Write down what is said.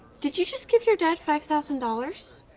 did you just give your dad five thousand dollars?